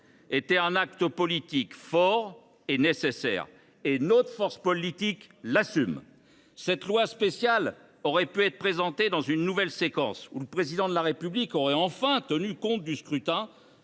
était un acte politique fort et nécessaire, et notre force politique l’assume. Ce projet de loi spéciale aurait pu être présenté dans le cadre d’une nouvelle séquence où le Président de la République aurait enfin tenu compte du dernier